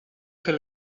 fer